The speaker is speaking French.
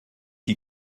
qui